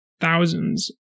thousands